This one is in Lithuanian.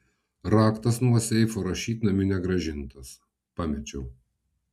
raktas nuo seifo rašytnamiui negrąžintas pamečiau